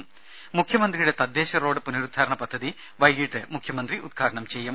ത മുഖ്യമന്ത്രിയുടെ തദ്ദേശറോഡ് പുനരുദ്ധാരണ പദ്ധതി വൈകീട്ട് മുഖ്യമന്ത്രി ഉദ്ഘാടനം ചെയ്യും